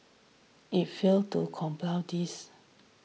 it failed to comply this